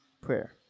prayer